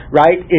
right